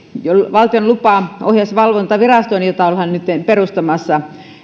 valtion lupa ohjaus ja valvontavirastoon jota ollaan nytten perustamassa